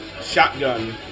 shotgun